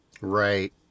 Right